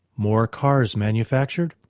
more cars manufactured,